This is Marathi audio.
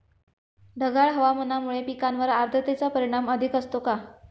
ढगाळ हवामानामुळे पिकांवर आर्द्रतेचे परिणाम अधिक असतो का?